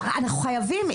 אנחנו חייבים,